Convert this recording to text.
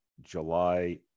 July